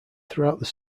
throughout